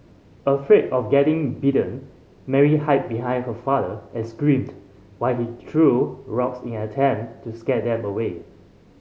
afraid of getting bitten Mary hid behind her father and screamed while he threw rocks in an attempt to scare them away